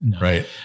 Right